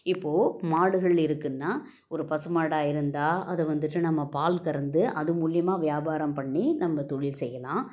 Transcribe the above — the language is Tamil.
இப்போ மாடுகள் இருக்குன்னா ஒரு பசு மாடாக இருந்தால் அதை வந்துவிட்டு நம்ம பால் கறந்து அது முலியமாக வியாபாரம் பண்ணி நம்ப தொழில் செய்யலாம்